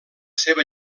seva